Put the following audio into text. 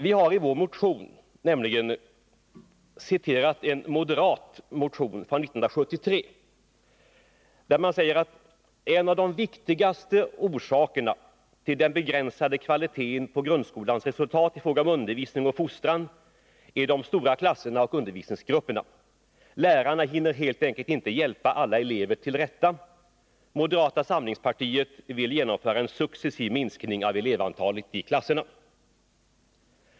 Vi har i vår motion nämligen citerat en moderat motion från 1973 i vilken man säger att en av de viktigaste orsakerna till den begränsade kvaliteten på grundskolans resultat i fråga om undervisning och fostran är de stora klasserna och undervisningsgrupperna. Lärarna hinner helt enkelt inte hjälpa alla elever till rätta. Moderata samlingspartiet vill genomföra en successiv minskning av elevantalet i klasserna.